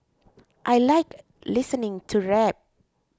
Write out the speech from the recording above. I like listening to rap